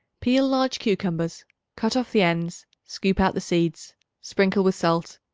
peel large cucumbers cut off the ends scoop out the seeds sprinkle with salt.